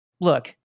look